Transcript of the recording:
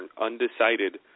undecided